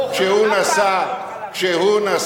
כשהוא נסע לאנאפוליס,